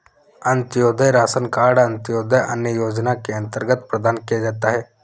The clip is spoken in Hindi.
अंतोदय राशन कार्ड अंत्योदय अन्न योजना के अंतर्गत प्रदान किया जाता है